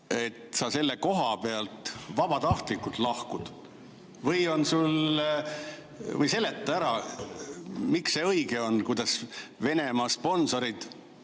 et sa selle koha pealt vabatahtlikult lahkuksid? Või seleta ära, miks see õige on, et Venemaa sponsorid,